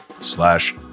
slash